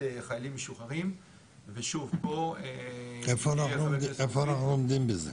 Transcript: חיילים משוחררים --- איפה אנחנו עומדים בזה?